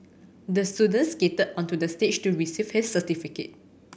the student skated onto the stage to receive his certificate